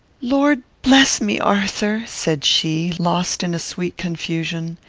lord bless me, arthur, said she, lost in a sweet confusion,